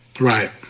Right